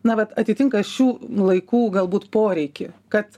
na vat atitinka šių laikų galbūt poreikį kad